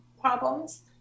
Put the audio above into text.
problems